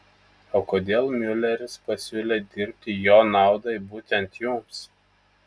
o kodėl miuleris pasiūlė dirbti jo naudai būtent jums